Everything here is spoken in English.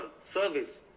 service